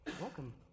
Welcome